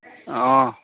ꯑꯣ